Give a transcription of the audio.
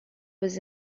was